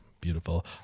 beautiful